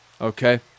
okay